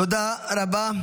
תודה רבה.